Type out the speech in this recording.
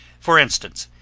for instance,